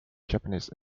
japanese